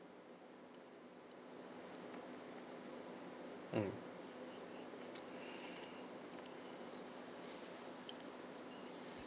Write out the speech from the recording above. mm